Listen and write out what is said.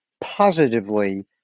positively